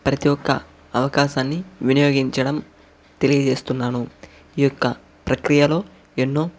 ప్రతి ఒక్క అవకాశాన్ని వినియోగించడం తెలియచేస్తున్నాను ఈ యొక్క ప్రక్రియలో ఎన్నో